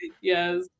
Yes